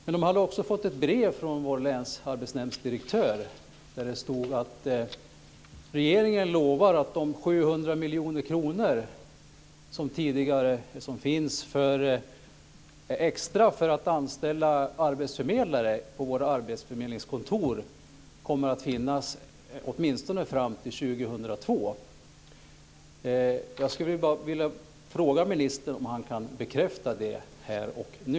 Man hade också fått ett brev från vår länsarbetsnämndsdirektör där det stod att regeringen lovar att de 700 miljoner kronor som finns extra för att anställa arbetsförmedlare på våra arbetsförmedlingskontor kommer att finnas åtminstone fram till år 2002. Jag vill fråga ministern om han kan bekräfta det här och nu.